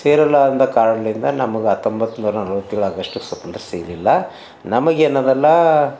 ಸೇರಲ್ಲ ಅಂದ ಕಾರಣದಿಂದ ನಮ್ಗೆ ಹತ್ತೊಂಬತ್ನೂರಾ ನಲ್ವತ್ತೇಳು ಆಗಸ್ಟ್ಗೆ ಸ್ವತಂತ್ರ್ಯ ಸಿಗಲಿಲ್ಲ ನಮಗೇನದಲ್ಲಾ